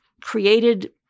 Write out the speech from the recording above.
created